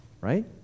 right